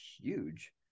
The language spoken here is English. huge